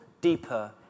deeper